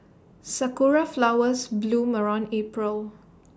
Sakura Flowers bloom around April